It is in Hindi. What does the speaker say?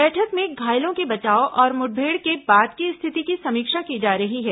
बैठक में घायलों के बचाव और मुठभेड़ के बाद की स्थिति की समीक्षा की जा रही है